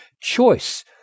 choice